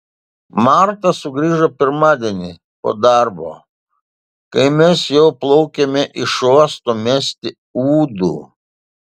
marta sugrįžo pirmadienį po darbo kai mes jau plaukėme iš uosto mesti ūdų